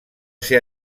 ser